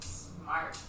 smart